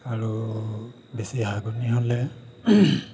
আৰু বেছি হাগনি হ'লে